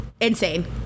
insane